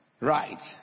Right